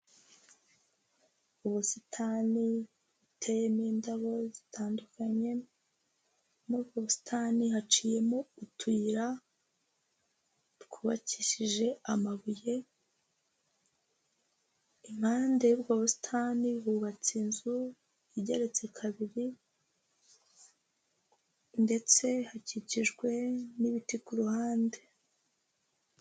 Ubusitani buteyemo indabo zitandukanye muri ubwo busitani haciyemo utuyira twubakishije amabuye, impande y'ubwo busitani bubatse inzu igeretse kabiri ndetse hakikijwe n'ibiti ku ruhande.